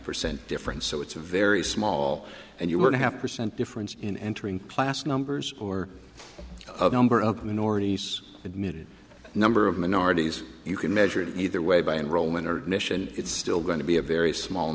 percent difference so it's a very small and you were happy or sent difference in entering class numbers or of number of minorities admitted number of minorities you can measure it either way by enrollment or mission it's still going to be a very small